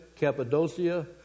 Cappadocia